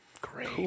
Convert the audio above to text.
Great